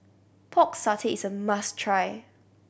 Pork Satay is a must try